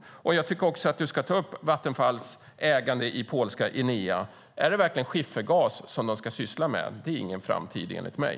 Dessutom tycker jag att du ska ta upp Vattenfalls ägande i polska Enea. Är det verkligen skiffergas de ska syssla med? Det finns ingen framtid i det, anser jag.